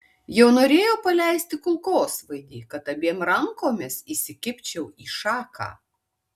jau norėjau paleisti kulkosvaidį kad abiem rankomis įsikibčiau į šaką